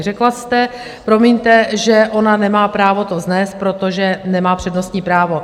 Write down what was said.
Řekla jste, promiňte, že ona nemá právo to vznést, protože nemá přednostní právo.